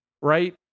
right